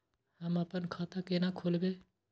हम आपन खाता केना खोलेबे?